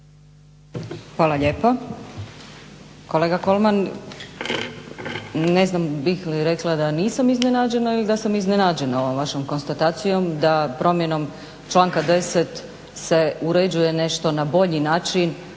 Hvala lijepo. Kolega Kolman, ne znam bih li rekla da nisam iznenađena ili da sam iznenađena ovom vašom konstatacijom da promjenom članka 10.se uređuje nešto na bolji način,